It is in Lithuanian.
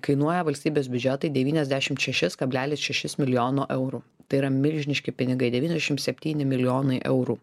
kainuoja valstybės biudžetui devyniasdešimt šešis kablelis šešis milijono eurų tai yra milžiniški pinigai devyniasdešimt septyni milijonai eurų